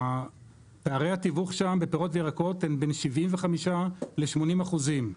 פערי התיווך שם בפירות וירקות בין 75-80 אחוזים,